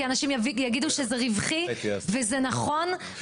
כי אנשים יגידו שזה רווחי וזה נכון,